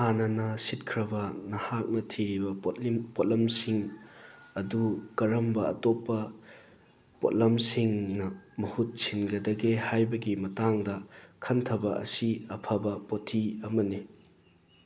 ꯍꯥꯟꯅꯅ ꯁꯤꯠꯈ꯭ꯔꯕ ꯅꯍꯥꯛꯅ ꯊꯤꯔꯤꯕ ꯄꯣꯠꯂꯝꯁꯤꯡ ꯑꯗꯨ ꯀꯔꯝꯕ ꯑꯇꯣꯞꯄ ꯄꯣꯠꯂꯝ ꯁꯤꯡꯅ ꯃꯍꯨꯠ ꯁꯤꯟꯒꯗꯒꯦ ꯍꯥꯏꯕꯒꯤ ꯃꯇꯥꯡꯗ ꯈꯟꯊꯕ ꯑꯁꯤ ꯑꯐꯕ ꯄꯣꯊꯤ ꯑꯃꯅꯤ